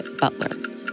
Butler